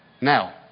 Now